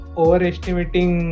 overestimating